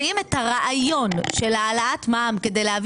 את הרעיון של העלאת מע"מ כדי להביא